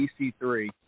EC3